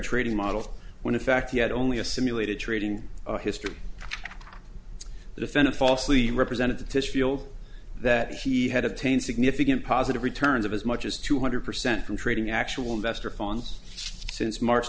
trading model when in fact he had only a simulated trading history defend a falsely representatives feel that he had obtained significant positive returns of as much as two hundred percent from trading actual investor funds since march